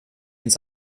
ins